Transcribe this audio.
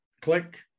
click